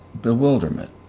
bewilderment